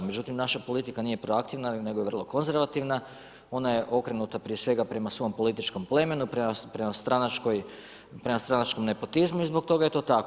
Međutim naša politika nije proaktivna nego je vrlo konzervativna, ona je okrenuta prije svega prema svom političkom plemenu, prema stranačkoj, prema stranačkom nepotizmu i zbog toga je to tako.